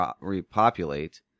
repopulate